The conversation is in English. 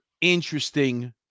interesting